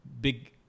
big